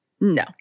No